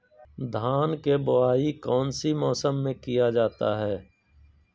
धान के बोआई कौन सी मौसम में किया जाता है?